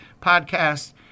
podcast